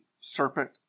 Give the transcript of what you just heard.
serpent